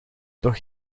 nog